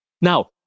Now